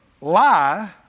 lie